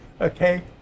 okay